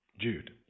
Jude